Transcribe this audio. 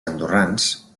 andorrans